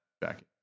back